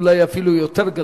אולי אפילו יותר גדול,